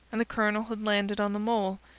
and the colonel had landed on the mole,